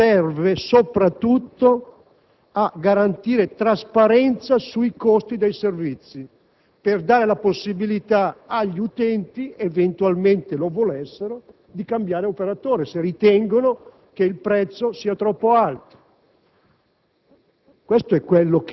detto - ma serve soprattutto a garantire trasparenza sui costi dei servizi per dare la possibilità agli utenti, eventualmente lo volessero, di cambiare operatore, se ritengono che il prezzo sia troppo alto.